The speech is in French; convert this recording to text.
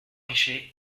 richer